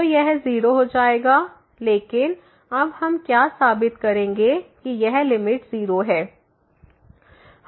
तो यह 0 हो जाएगा लेकिन अब हम क्या साबित करेंगे कि यह लिमिट 0 है